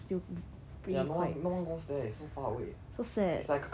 ya no one no one goes there it's so far away it's like an island on its own